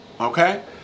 Okay